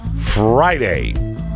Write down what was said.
Friday